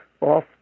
off